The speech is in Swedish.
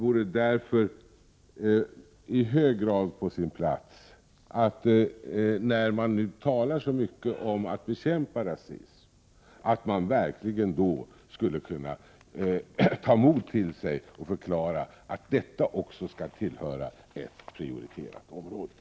När man nu talar så mycket om att bekämpa rasism, vore det därför i hög grad på sin plats att man verkligen skulle kunna ta mod till sig och förklara att också bekämpandet av dessa brott skall tillhöra ett prioriterat område.